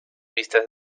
vistas